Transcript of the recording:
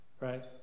Right